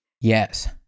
Yes